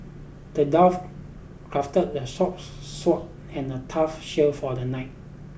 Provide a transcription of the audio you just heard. the dwarf crafted a sword and a tough shield for the knight